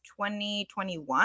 2021